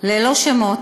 ללא שמות,